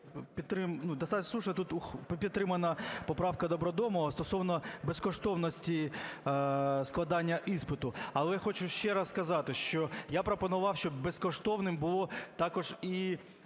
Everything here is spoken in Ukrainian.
тут підтримана поправка Добродомова стосовно безкоштовності складання іспиту. Але хочу ще раз сказати, що я пропонував, щоб безкоштовним було також і